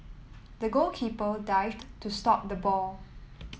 the goalkeeper dived to stop the ball